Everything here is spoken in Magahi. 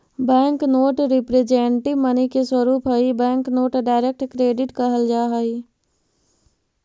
बैंक नोट रिप्रेजेंटेटिव मनी के स्वरूप हई बैंक नोट डायरेक्ट क्रेडिट कहल जा हई